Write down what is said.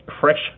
Fresh